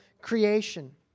creation